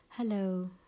Hello